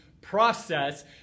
process